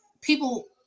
people